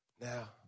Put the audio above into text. Now